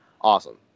Awesome